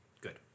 good